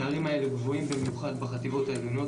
הפערים האלה גבוהים במיוחד בחטיבות העליונות,